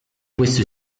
questo